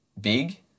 big